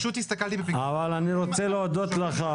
אבל אני רוצה להודות לך,